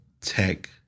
tech